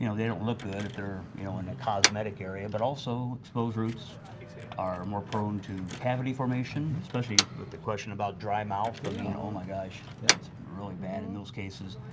you know they don't look good if they're you know in a cosmetic area but also exposed roots are more prone to cavity formation, especially with the question about dry mouth, i mean oh, my gosh, really bad in those cases.